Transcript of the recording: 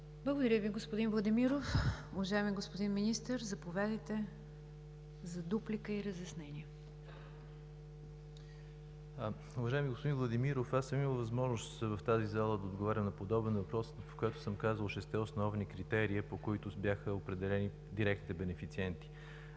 Благодаря Ви, господин Владимиров. Уважаеми господин Министър, заповядайте за дуплика и разяснение. МИНИСТЪР НЕНО ДИМОВ: Уважаеми господин Владимиров, аз съм имал възможност в тази зала да отговарям на подобен въпрос. Аз съм казал шестте основни критерия, по които бяха определени директните бенефициенти.